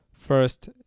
First